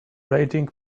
raging